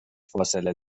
فاصله